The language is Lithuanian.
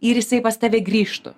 ir jisai pas tave grįžtų